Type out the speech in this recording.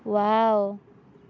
wow